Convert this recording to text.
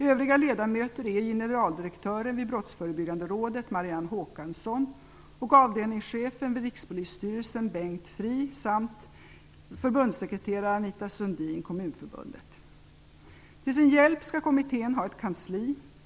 Övriga ledamöter är generaldirektören vid Brottsförebyggande rådet Marianne Håkansson och avdelningschefen vid Rikspolisstyrelsen Kommunförbundet. Till sin hjälp skall kommittén ha ett kansli.